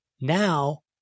now